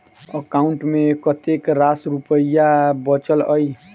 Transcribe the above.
account मे कतेक रास रुपया बचल एई